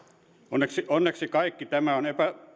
onneksi onneksi kaikki tämä on